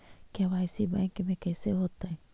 KYC bank में कैसे होतै?